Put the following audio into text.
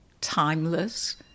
timeless